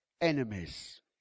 enemies